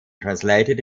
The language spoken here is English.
translated